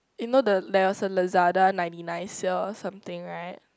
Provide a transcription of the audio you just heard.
you know the there was a Lazada ninety nine sale or something right